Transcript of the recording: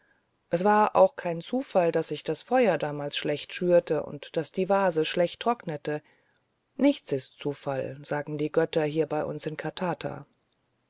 es war auch kein zufall daß ich das feuer damals schlecht schürte und daß die vase schlecht trocknete nichts ist zufall sagen die götter hier bei uns in katata